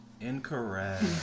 Incorrect